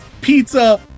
pizza